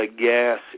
gas